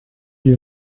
die